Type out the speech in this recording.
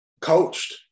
coached